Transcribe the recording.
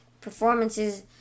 performances